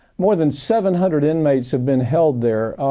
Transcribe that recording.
more than seven hundred inmates have been held there.